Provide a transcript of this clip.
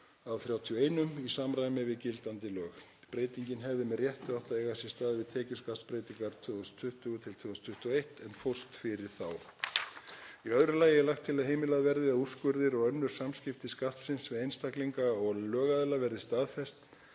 22/31 í samræmi við gildandi lög. Breytingin hefði með réttu átt að eiga sér stað við tekjuskattsbreytingar 2020–2021 en fórst fyrir þá. Í öðru lagi er lagt til að heimilað verði að úrskurðir og önnur samskipti Skattsins við einstaklinga og lögaðila verði staðfest